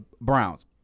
Browns